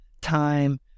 time